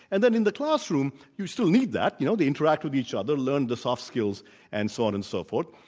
and then in the classroom, you still need that. you know interact with each other, learn the soft skills and so on and so forth.